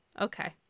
Okay